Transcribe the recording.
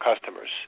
customers